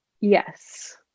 Yes